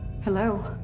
Hello